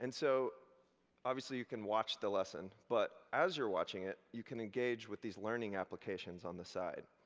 and so obviously, you can watch the lesson. but as you're watching it, you can engage with these learning applications on the side.